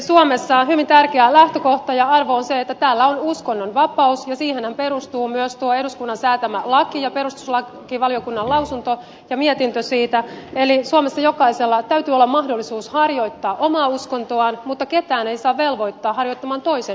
suomessa on hyvin tärkeä lähtökohta ja arvo se että täällä on uskonnonvapaus ja siihenhän perustuu myös tuo eduskunnan säätämä laki ja perustuslakivaliokunnan lausunto ja mietintö siitä eli suomessa jokaisella täytyy olla mahdollisuus harjoittaa omaa uskontoaan mutta ketään ei saa velvoittaa harjoittamaan toisen uskontoa